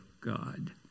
God